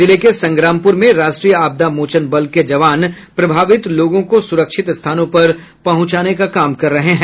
जिले के संग्रामपुर में राष्ट्रीय आपदा मोचन बल के जवान प्रभावित लोगों को सुरक्षित स्थानों पर पहुंचाने का काम कर रहे हैं